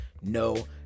no